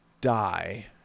die